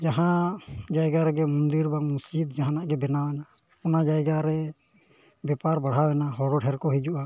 ᱡᱟᱦᱟᱸ ᱡᱟᱭᱜᱟ ᱨᱮᱜᱮ ᱢᱚᱱᱫᱤᱨ ᱵᱟᱝ ᱢᱚᱥᱡᱤᱫ ᱡᱟᱦᱟᱱᱜ ᱜᱮ ᱵᱮᱱᱟᱣᱮᱱᱟ ᱚᱱᱟ ᱡᱟᱭᱜᱟ ᱨᱮ ᱵᱮᱯᱟᱨ ᱵᱟᱲᱦᱟᱣᱮᱱᱟ ᱦᱚᱲ ᱦᱚᱸ ᱰᱷᱮᱨ ᱠᱚ ᱦᱤᱡᱩᱜᱼᱟ